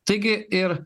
taigi ir